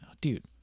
Dude